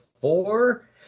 four